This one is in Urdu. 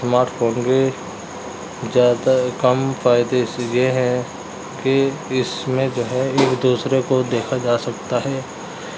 اسمارٹ فون کے زیادہ کم فائدے سے یہ ہیں کہ اس میں جو ہے ایک دوسرے کو دیکھا جا سکتا ہے